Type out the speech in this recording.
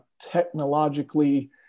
technologically